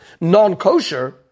non-kosher